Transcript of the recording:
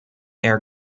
air